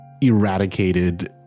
eradicated